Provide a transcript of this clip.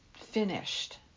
finished